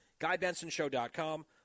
GuyBensonShow.com